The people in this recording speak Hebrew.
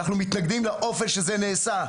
אנחנו מתנגדים לאופן שבו זה נעשה.